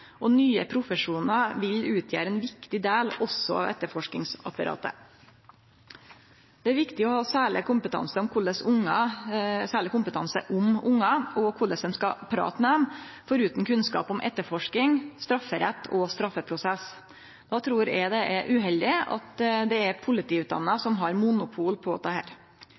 samansett. Nye profesjonar vil utgjere ein viktig del, også av etterforskingsapparatet. Det er viktig å ha særleg kompetanse om ungar og korleis ein skal prate med dei, forutan kunnskap om etterforsking, strafferett og straffeprosess. Då trur eg det er uheldig at det er politiutdanna som har monopol på dette.